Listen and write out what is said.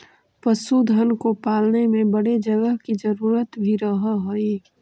पशुधन को पालने में बड़े जगह की जरूरत भी रहअ हई